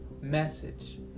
message